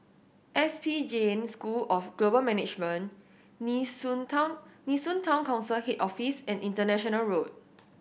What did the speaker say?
S P Jain School of Global Management Nee Soon Town Nee Soon Town Council Head Office and International Road